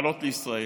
לעלות לישראל.